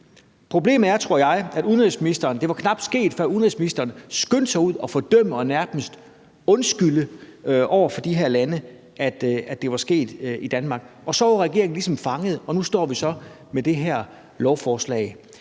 at det knap var sket, før udenrigsministeren skyndte sig ud at fordømme og nærmest undskylde over for de her lande, at det var sket i Danmark. Så var regeringen ligesom fanget, og nu står vi så med det her lovforslag.